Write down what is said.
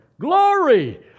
glory